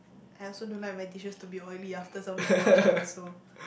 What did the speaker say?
I also don't like my dishes to be oily after somebody wash them so